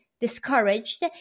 discouraged